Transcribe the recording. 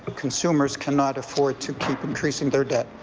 consumers can not afford to keep increasing their debt.